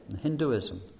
Hinduism